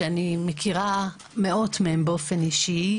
שאני מכירה מאות מהם באופן אישי,